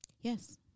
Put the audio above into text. Yes